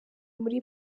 muri